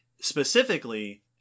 Specifically